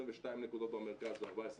22 נקודות במרכז ו-14 בצפון.